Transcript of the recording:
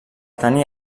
tenir